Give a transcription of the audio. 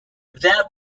their